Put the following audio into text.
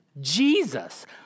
Jesus